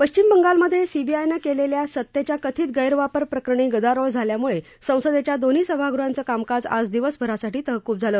पश्चिम बंगालमध्ये सीबीआयनं केलेल्या सत्तेच्या कथित गैरवापर प्रकरणी गदारोळ झाल्यामुळे संसदेच्या दोन्ही सभागृहांचं कामकाज आज दिवसभरासाठी तहकूब झालं